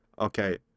okay